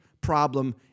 problem